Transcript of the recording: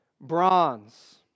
bronze